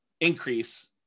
increase